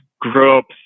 groups